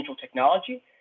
technology